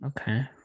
okay